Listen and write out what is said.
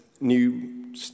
new